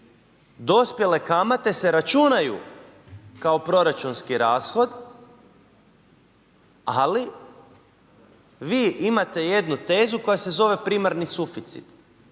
Dospjele kamate se računaju kao proračunski rashod, ali vi imate jednu tezu koja se zove primarni suficit,